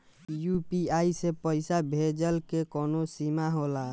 UPI से पईसा भेजल के कौनो सीमा होला?